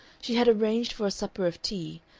she had arranged for a supper of tea,